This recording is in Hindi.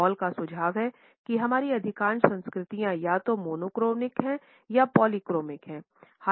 हॉल का सुझाव है कि हमारी अधिकांश संस्कृतियाँ या तो मोनोक्रोनिक हैं या पॉलीक्रोमिक हैं